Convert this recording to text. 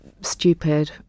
Stupid